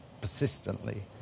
persistently